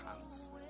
hands